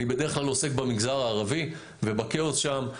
אני בדרך כלל עוסק במגזר הערבי ובכאוס שם,